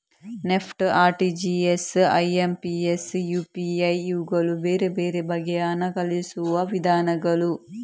NEFT, RTGS, IMPS, UPI ಇವುಗಳು ಬೇರೆ ಬೇರೆ ಬಗೆಯ ಹಣ ಕಳುಹಿಸುವ ವಿಧಾನಗಳು